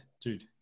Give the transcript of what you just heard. dude